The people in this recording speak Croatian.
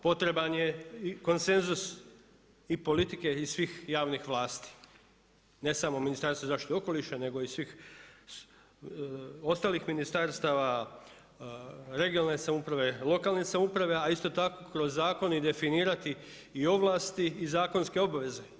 Potreban je i konsenzus i politike i svih javnih vlasti ne samo Ministarstva zaštite okoliša, nego i svih ostalih ministarstava, regionalne samouprave, lokalne samouprave a isto tako kroz zakone i definirati i ovlasti i zakonske obaveze.